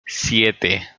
siete